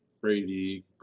Brady